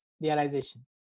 realization